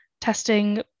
testing